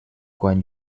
quan